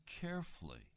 carefully